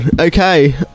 Okay